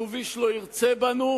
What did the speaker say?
שוב איש לא ירצה בנו,